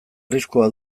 arriskua